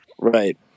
Right